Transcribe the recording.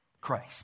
Christ